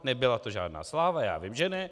Nebyla to žádná sláva, já vím, že ne.